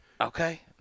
Okay